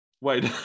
wait